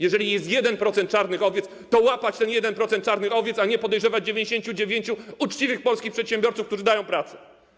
Jeżeli jest 1% czarnych owiec, to łapać ten 1% czarnych owiec, a nie podejrzewać 99% uczciwych polskich przedsiębiorców, którzy dają pracę.